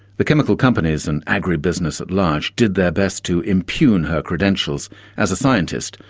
the chemical companies and agri-business at large did their best to impugn her credentials as a scientist,